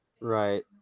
Right